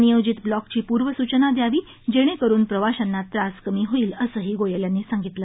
नियोजित ब्लॉकची पूर्वसूचना द्यावी जेणेकरुन प्रवाशांना त्रास कमी होईल असंही गोयल यांनी सांगितलं